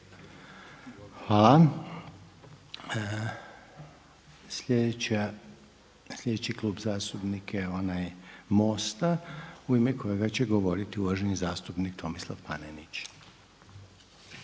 lijepa. Sljedeći Klub zastupnika je onaj SDSS-a u ime kojega će govoriti uvaženi zastupnik Boris Milošević.